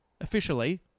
officially